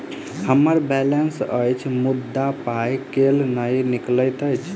हम्मर बैलेंस अछि मुदा पाई केल नहि निकलैत अछि?